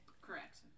Correct